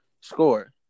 score